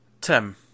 Tim